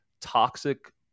toxic